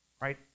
right